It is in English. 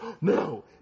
no